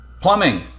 Plumbing